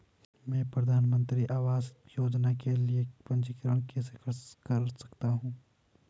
मैं प्रधानमंत्री आवास योजना के लिए पंजीकरण कैसे कर सकता हूं?